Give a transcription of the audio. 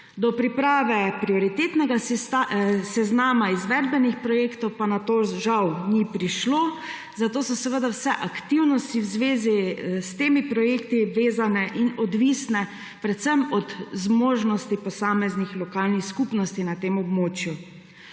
Do priprave prioritetnega seznama izvedbenih projektov pa nato žal ni prišlo, zato so seveda vse aktivnosti v zvezi s temi projekti vezane predvsem na zmožnosti posameznih lokalnih skupnosti na tem območju